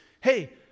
hey